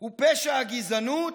הוא פשע הגזענות,